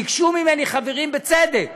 ביקשו ממני חברים, בצדק,